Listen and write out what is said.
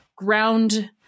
ground